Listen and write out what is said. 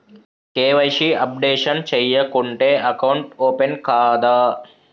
KYC updation చేయకుంటే account open కాదా?